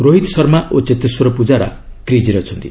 ରୋହିତ ଶର୍ମା ଓ ଚେତେଶ୍ୱର ପୂଜାରା କ୍ରିଜ୍ରେ ଅଛନ୍ତି